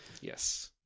Yes